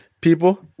people